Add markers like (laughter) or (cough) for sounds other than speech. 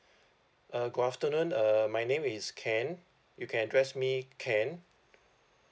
(breath) uh good afternoon uh my name is ken you can address me ken